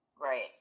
Right